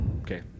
Okay